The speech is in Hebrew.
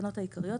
התקנות העיקריות),